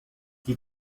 die